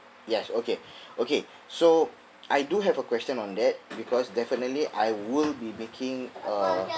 yes okay okay so I do have a question on that because definitely I will be making a